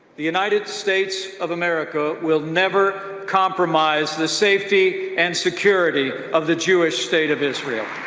the united states of america will never compromise the safety and security of the jewish state of israel.